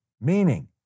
meaning